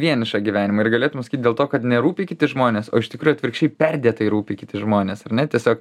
vienišą gyvenimą ir galėtum sakyt dėl to kad nerūpi kiti žmonės o iš tikrųjų atvirkščiai perdėtai rūpi kiti žmonės ar ne tiesiog